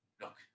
look